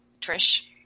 Trish